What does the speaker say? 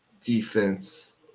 defense